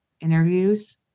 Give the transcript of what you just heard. interviews